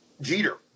Jeter